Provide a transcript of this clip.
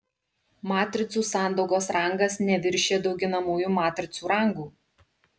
matricų sandaugos rangas neviršija dauginamųjų matricų rangų